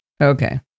Okay